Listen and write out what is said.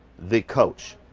the coach.